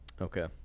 Okay